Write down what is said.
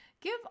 Give